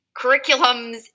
curriculums